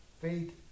Faith